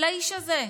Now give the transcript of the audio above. לאיש הזה.